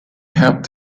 helped